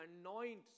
anoint